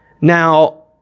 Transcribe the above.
Now